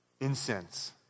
Incense